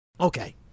Okay